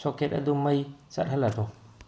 socket ꯑꯗꯨ ꯃꯩ ꯆꯠꯍꯜꯂꯃꯨ